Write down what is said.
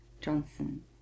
Johnson